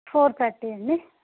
four thirty అండి